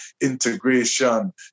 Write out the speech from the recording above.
Integration